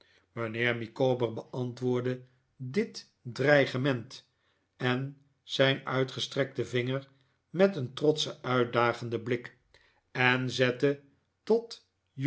mijnheer micawber beantwoordde dit dreigement en zijn uitgestrekten vinger met een trotschen uitdagenden blik en zette tot